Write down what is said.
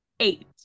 Eight